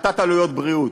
הפחתת עלויות בריאות.